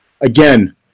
again